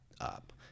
up